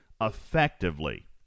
effectively